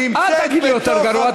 אל תגיד לי "יותר גרוע".